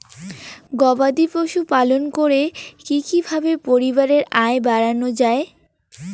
গবাদি পশু পালন করে কি কিভাবে পরিবারের আয় বাড়ানো যায়?